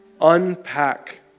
unpack